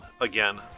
again